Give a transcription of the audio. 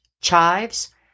chives